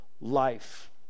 life